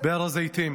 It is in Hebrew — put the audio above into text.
בהר הזיתים,